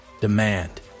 Demand